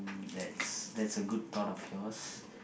that's that's a good thought of yours